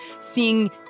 seeing